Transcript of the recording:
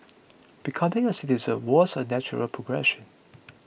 becoming a citizen was a natural progression